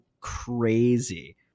crazy